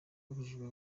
babujijwe